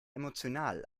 emotional